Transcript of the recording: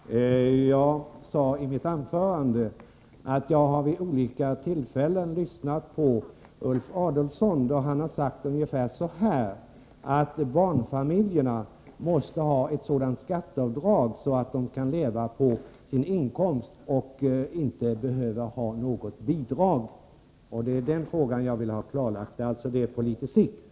Herr talman! Jag sade i mitt anförande att jag vid olika tillfällen har lyssnat på Ulf Adelsohn då han har sagt ungefär så, att barnfamiljerna måste ha ett sådant skatteavdrag att de kan leva på sin inkomst och inte behöver ha något bidrag. Det är alltså frågan om hur det blir på litet längre sikt jag vill ha klarlagd.